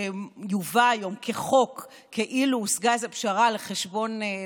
שיובא היום כחוק כאילו הושגה איזו פשרה לתת